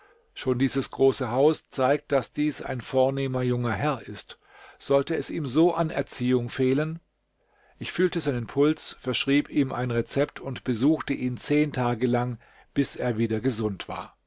schon dieses große haus zeigt daß dies ein vornehmer junger herr ist sollte es ihm so an erziehung fehlen ich fühlte seinen puls verschrieb ihm ein rezept und besuchte ihn zehn tage lang bis er wieder gesund war